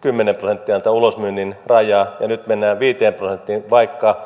kymmenen prosenttia on tämän ulosmyynnin raja ja nyt mennään viiteen prosenttiin vaikka